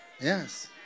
Yes